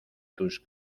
tus